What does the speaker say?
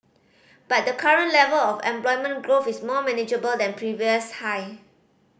but the current level of employment growth is more manageable than previous high